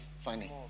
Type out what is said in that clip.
funny